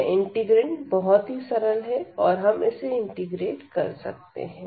यह इंटीग्रैंड बहुत ही सरल है और हम इसे इंटीग्रेट कर सकते हैं